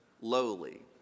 lowly